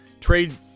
trade